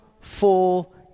full